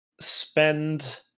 spend